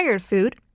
food